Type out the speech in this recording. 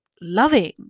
loving